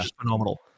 phenomenal